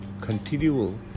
continual